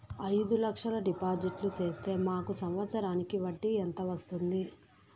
అయిదు లక్షలు డిపాజిట్లు సేస్తే మాకు సంవత్సరానికి వడ్డీ ఎంత వస్తుంది?